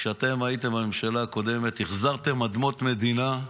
כשאתם הייתם בממשלה הקודמת החזרתם אדמות מדינה,